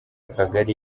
kagari